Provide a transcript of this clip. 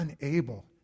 unable